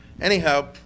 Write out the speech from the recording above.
Anyhow